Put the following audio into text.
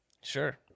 Sure